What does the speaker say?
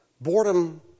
boredom